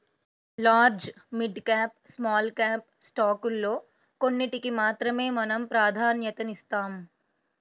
large, mid cap, small cap స్టాకుల్లో కొన్నిటికి మాత్రమే మనం ప్రాధన్యతనిస్తాం